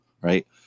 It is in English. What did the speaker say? right